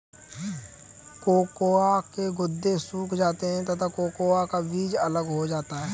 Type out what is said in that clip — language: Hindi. कोकोआ के गुदे सूख जाते हैं तथा कोकोआ का बीज अलग हो जाता है